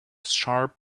sharp